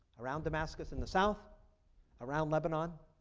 around damascus in the south around lebanon.